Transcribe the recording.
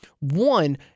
One